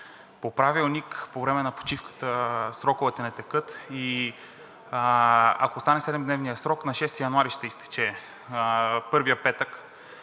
По Правилник по време на почивката сроковете не текат и ако остане 7 дневният срок, на 6 януари ще изтече – първият петък.